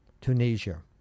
Tunisia